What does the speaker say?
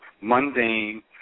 mundane